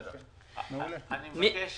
אני מבקש